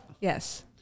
Yes